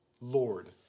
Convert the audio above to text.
Lord